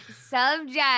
subject